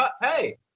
Hey